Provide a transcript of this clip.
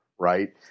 Right